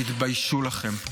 תתביישו לכם.